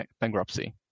bankruptcy